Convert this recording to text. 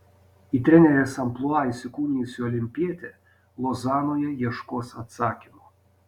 į trenerės amplua įsikūnijusi olimpietė lozanoje ieškos atsakymo